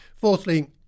Fourthly